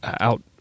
out